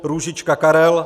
Růžička Karel